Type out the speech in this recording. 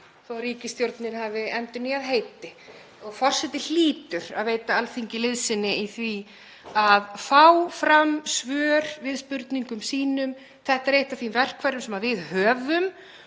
að ríkisstjórn hafi endurnýjað heiti. Forseti hlýtur að veita Alþingi liðsinni í því að fá fram svör við spurningum sínum. Þetta er eitt af þeim verkfærum sem við höfum